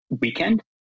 weekend